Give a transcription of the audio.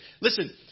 Listen